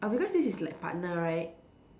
uh because this is like partner right